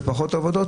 זה פחות עבודות.